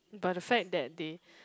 but the fact that they